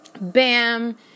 Bam